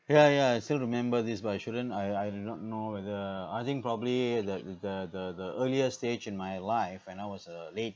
yeah yeah I still remember this but I shouldn't I I do not know whether I think probably the the the the the earlier stage in my life when I was uh late